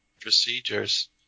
procedures